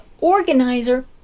organizer